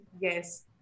Yes